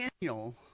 Daniel